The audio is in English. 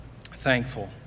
thankful